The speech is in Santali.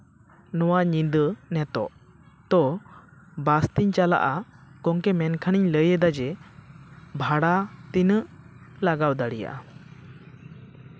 ᱱᱚᱣᱟ ᱧᱤᱫᱟᱹ ᱱᱤᱛᱚᱜ ᱛᱚ ᱵᱟᱥᱛᱤᱧ ᱪᱟᱞᱟᱜᱼᱟ ᱜᱚᱝᱠᱮ ᱢᱮᱱᱠᱷᱟᱱᱤᱧ ᱞᱟᱹᱭᱫᱟ ᱡᱮ ᱵᱷᱟᱲᱟ ᱛᱤᱱᱟᱹᱜ ᱞᱟᱜᱟᱣ ᱫᱟᱲᱮᱭᱟᱜᱼᱟ